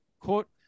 quote